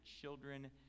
children